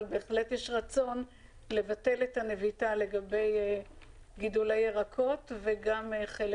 אבל בהחלט יש רצון לבטל את הנביטה לגבי גידולי הירקות וגם חלק